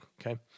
Okay